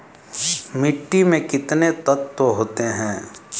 मिट्टी में कितने तत्व होते हैं?